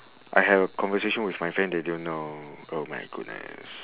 I have a conversation with my friend they don't know oh my goodness